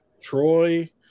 Troy